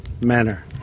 manner